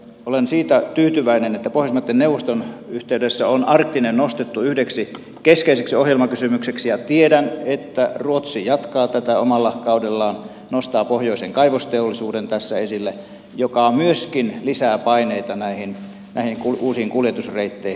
olen siitä tyytyväinen että pohjoismaitten neuvoston yhteydessä on arktiset asiat nostettu yhdeksi keskeiseksi ohjelmakysymykseksi ja tiedän että ruotsi jatkaa tätä omalla kaudellaan nostaa pohjoisen kaivosteollisuuden tässä esille mikä myöskin lisää paineita näihin uusiin kuljetusreitteihin